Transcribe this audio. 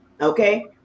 okay